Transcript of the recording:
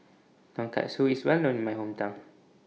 Tonkatsu IS Well known in My Hometown